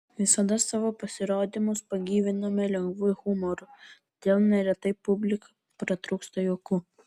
visada savo pasirodymus pagyviname lengvu humoru todėl neretai publika pratrūksta juoku